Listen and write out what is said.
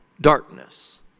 darkness